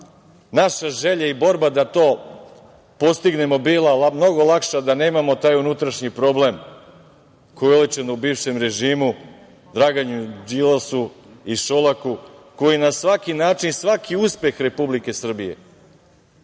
naša želja i borba da to postignemo bila mnogo lakša da nemamo taj unutrašnji problem, koji je uočen u bivšem režimu, Draganu Đilasu i Šolaku, koji na svaki način svaki uspeh Republike Srbije